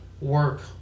work